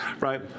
right